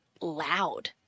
loud